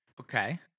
Okay